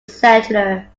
settler